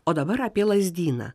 o dabar apie lazdyną